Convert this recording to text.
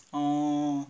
oh